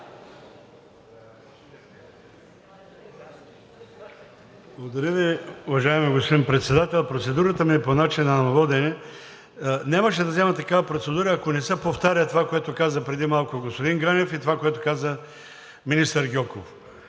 Благодаря Ви. Уважаеми господин Председател, процедурата ми е по начина на водене. Нямаше да взема такава процедура, ако не се повтаря това, което каза преди малко господин Ганев, и това, което каза министър Гьоков.